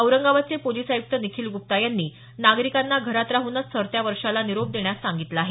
औरंगाबादचे पोलिस आयुक्त निखील गुप्ता यांनी नागरिकांना घरात राहूनच सरत्या वर्षाला निरोप देण्यास सांगितलं आहे